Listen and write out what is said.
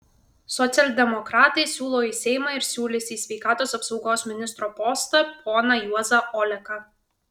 socialdemokratai siūlo į seimą ir siūlys į sveikatos apsaugos ministro postą poną juozą oleką